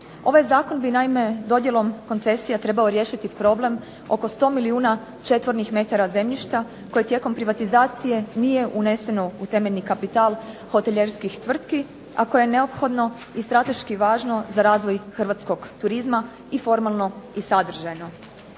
Ovaj zakon bi naime dodjelom koncesija trebao riješiti problem oko 100 milijuna četvornih metara zemljišta koje tijekom privatizacije nije uneseno u temeljni kapital hotelijerskih tvrtki a koje je neophodno i strateški važno za razvoj hrvatskog turizma i formalno i sadržajno.